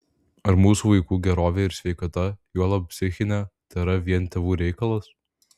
ar mūsų vaikų gerovė ir sveikata juolab psichinė tėra vien tėvų reikalas